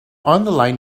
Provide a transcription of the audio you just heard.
underline